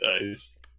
Nice